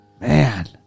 man